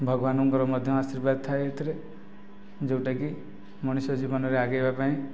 ଭଗବାନଙ୍କର ମଧ୍ୟ ଆଶୀର୍ବାଦ ଥାଏ ଏଥିରେ ଯେଉଁଟା କି ମଣିଷ ଜୀବନରେ ଆଗେଇବା ପାଇଁ